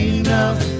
enough